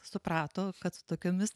suprato kad tokiomis